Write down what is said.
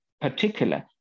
particular